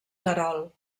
terol